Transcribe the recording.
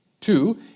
Two